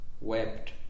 wept